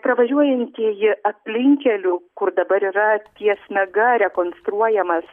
pravažiuojantieji aplinkkeliu kur dabar yra ties mega rekonstruojamas